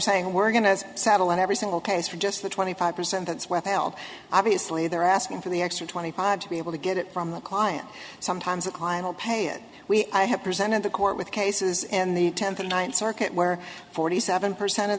saying we're going to saddle in every single case for just the twenty five percent that's what held obviously they're asking for the extra twenty five to be able to get it from the client sometimes the client will pay it we have presented the court with cases in the tenth ninth circuit where forty seven percent of